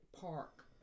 Park